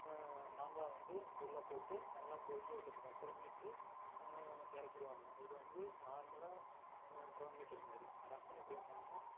மாங்காய் வந்து உள்ளே போட்டு நல்லா கொதிக்கவிட்டதுக்கு அப்புறமேட்டு இறக்கிடுவாங்க இது வந்து நார்மலாக குழம்பு வைக்கிற மாதிரி ரசம் எப்படி வைப்பாங்கன்னா